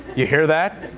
you hear that?